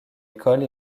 école